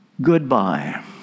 goodbye